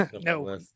No